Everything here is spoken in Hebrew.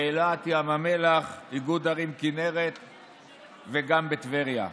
באילת, ים המלח, איגוד ערים כינרת וגם בטבריה.